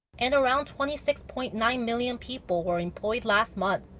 and around twenty six point nine million people were employed last month.